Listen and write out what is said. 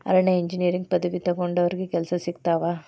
ಅರಣ್ಯ ಇಂಜಿನಿಯರಿಂಗ್ ಪದವಿ ತೊಗೊಂಡಾವ್ರಿಗೆ ಕೆಲ್ಸಾ ಸಿಕ್ಕಸಿಗತಾವ